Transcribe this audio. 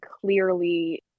clearly